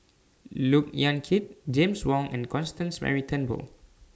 Look Yan Kit James Wong and Constance Mary Turnbull